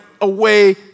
away